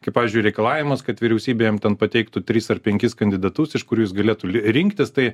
kaip pavyzdžiui reikalavimas kad vyriausybė ten pateiktų tris ar penkis kandidatus iš kur jūs galėtumų rinktis tai